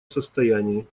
состоянии